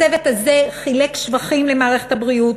הצוות הזה חילק שבחים למערכת הבריאות.